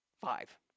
five